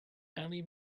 ali